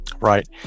Right